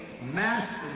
master